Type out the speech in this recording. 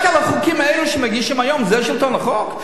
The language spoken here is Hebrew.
רק על החוקים האלה שמגישים היום זה שלטון החוק?